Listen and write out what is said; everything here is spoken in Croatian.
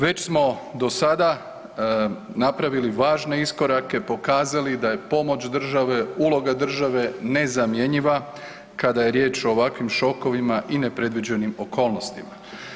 Već smo do sada napravili važne iskorake i pokazali da je pomoć države, uloga države nezamjenjiva kada je riječ o ovakvim šokovima i nepredviđenim okolnostima.